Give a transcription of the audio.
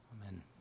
Amen